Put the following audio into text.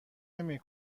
نمی